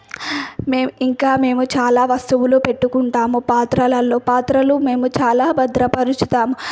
మేం ఇంకా మేము చాలా వస్తువులు పెట్టుకుంటాము పాత్రలలో పాత్రలు మేము చాలా భద్రపరుచుతాం